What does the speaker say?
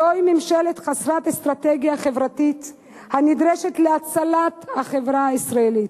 זוהי ממשלה חסרת אסטרטגיה חברתית הנדרשת להצלת החברה הישראלית.